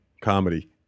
comedy